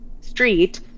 street